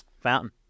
Fountain